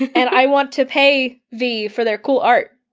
and i want to pay v for their cool art.